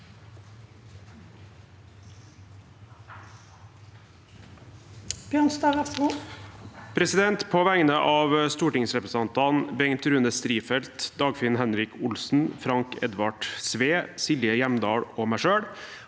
På vegne av stor- tingsrepresentantene Bengt Rune Strifeldt, Dagfinn Henrik Olsen, Frank Edvard Sve, Silje Hjemdal og meg selv